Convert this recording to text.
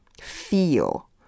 feel